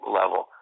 level